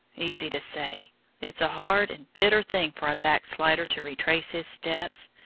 easy to say it's a hard and bitter thing for a backslider to retrace his steps.